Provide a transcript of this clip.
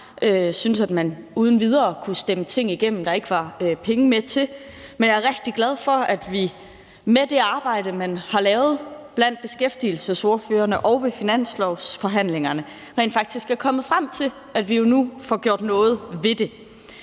syntes, at man uden videre kunne stemme ting igennem, der ikke var penge med til, men er rigtig glade for, at vi med det arbejde, man har lavet blandt beskæftigelsesordførerne og ved finanslovsforhandlingerne, rent faktisk er kommet frem til, at vi nu får gjort noget ved det.